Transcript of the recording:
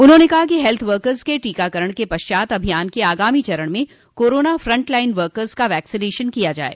उन्होंने कहा कि हेल्थ वर्कस के टीकाकरण के पश्चात अभियान के आगामी चरण में कोरोना फ्रंट लाइन वर्कस का वैक्सीनेशन किया जाये